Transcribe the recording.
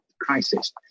crisis